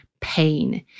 pain